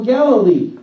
Galilee